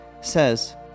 says